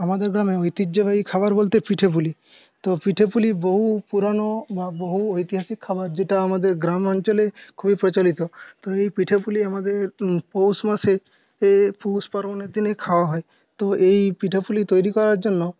আমাদের গ্রামের ঐতিহ্যবাহী খাবার বলতে পিঠে পুলি এই পিঠে পুলি বহু পুরোনো বহু ঐতিহাসিক খাবার যেটা আমাদের গ্রামঅঞ্চলে খুবই প্রচলিত তো এই পিঠে পুলি আমাদের পৌষ মাসে এই পৌষ পার্বনের দিনে খাওয়া হয় তো এই পিঠে পুলি তৈরি করার জন্য